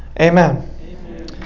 Amen